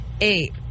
eight